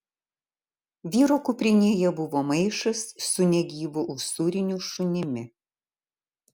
vyro kuprinėje buvo maišas su negyvu usūriniu šunimi